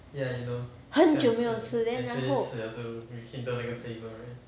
很久没有吃 then 然后